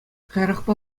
каярахпа